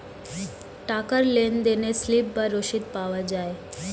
টাকার লেনদেনে স্লিপ বা রসিদ পাওয়া যায়